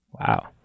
Wow